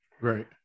Right